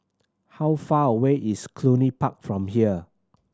how far away is Cluny Park from here